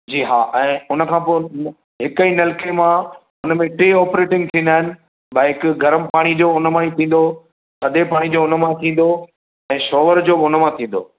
जी हा ऐं उनखां पो हिकु ई नलके मां उनमें टे ओप्रेटिंग थींदा इन भाई हिकु गरम पाणी जो उन मां ई थींदो थधे पाणी जो उन मां थींदो ऐं शॉवर जो बि उन मां थींदो